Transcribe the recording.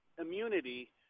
immunity